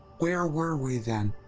where were we, then?